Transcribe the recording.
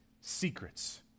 secrets